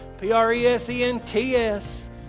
P-R-E-S-E-N-T-S